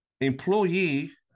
employee